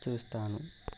చూస్తాను